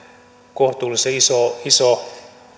kohtuullisen iso iso